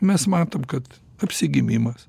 mes matom kad apsigimimas